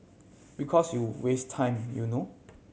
because you waste time you know